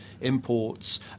imports